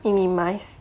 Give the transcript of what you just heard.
minimise